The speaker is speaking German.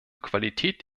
qualität